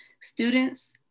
students